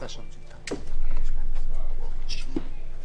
תנסח את זה כך שזה יהיה עד 60 יום,